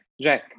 Jack